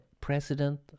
President